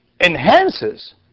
enhances